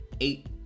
eight